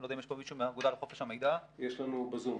אני לא יודע אם יש פה מישהו מהאגודה לחופש המידע --- יש לנו בזום,